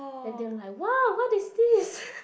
then they were like !wow! what is this